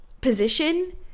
position